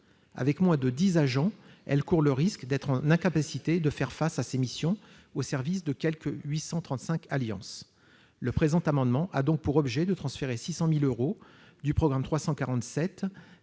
Avec moins de dix agents, elle court le risque d'être incapable de faire face à ses missions au service de quelque 835 alliances. Le présent amendement a donc pour objet de transférer 600 000 euros du programme 347